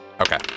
Okay